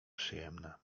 przyjemne